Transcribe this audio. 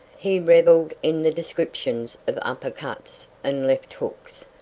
he revelled in the descriptions of upper cuts and left hooks,